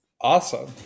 Awesome